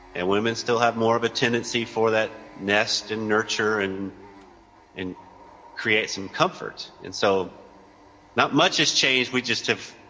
and women still have more of a tendency for that nest and nurture and and create some comfort. and so not much has changed. we just have,